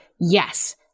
yes